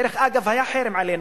דרך אגב, היה חרם עלינו,